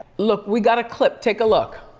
look, we got a clip, take a look.